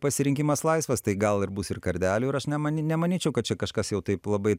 pasirinkimas laisvas tai gal ir bus ir kardelių ir aš nemani nema nemanyčiau kad čia kažkas jau taip labai